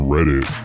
Reddit